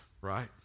right